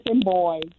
boy